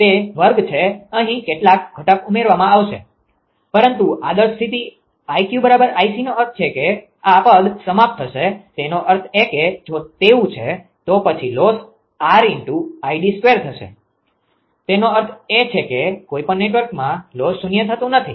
તે વર્ગ છે અહીં કેટલાક ઘટક ઉમેરવામાં આવશે પરંતુ આદર્શ સ્થિતિ 𝐼𝑞 𝐼𝑐નો અર્થ છે કે આ પદ સમાપ્ત થશે તેનો અર્થ એ કે જો તેવું છે તો પછી લોસ 𝑅𝐼𝑑2 થશે તેનો અર્થ એ છે કે કોઈપણ નેટવર્કમાં લોસ શૂન્ય થઈ શકતું નથી